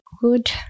good